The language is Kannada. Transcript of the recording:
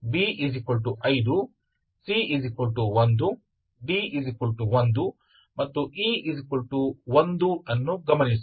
ಆದ್ದರಿಂದ A4 B5 C1 D1 ಮತ್ತು E1 ಅನ್ನು ಗಮನಿಸಿ